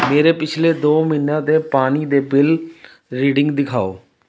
ਮੇਰੇ ਪਿਛਲੇ ਦੋ ਮਹੀਨਿਆਂ ਦੇ ਪਾਣੀ ਦੇ ਬਿਲ ਰੀਡਿੰਗ ਦਿਖਾਓ